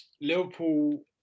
Liverpool